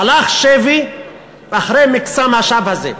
הלך שבי אחרי מקסם השווא הזה.